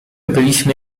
byliśmy